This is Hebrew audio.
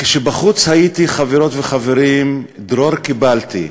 כשבחוץ הייתי, חברות וחברים, דרור קיבלתי,